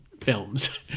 films